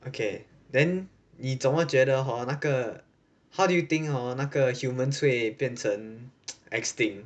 okay then 你怎么觉得 hor 那个 how do you think hor 那个 human 会变成 extinct